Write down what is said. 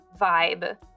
vibe